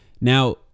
Now